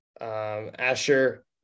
Asher